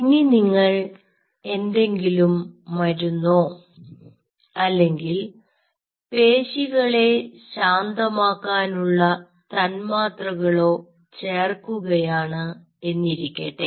ഇനി നിങ്ങൾ എന്തെങ്കിലും മരുന്നോ അല്ലെങ്കിൽ പേശികളെ ശാന്തമാക്കാനുള്ള തന്മാത്രകളോ ചേർക്കുകയാണ് എന്നിരിക്കട്ടെ